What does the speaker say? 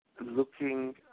looking